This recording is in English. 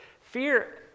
Fear